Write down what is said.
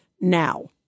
now